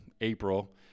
April